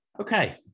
okay